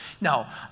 Now